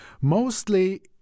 Mostly